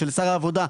של שר העבודה,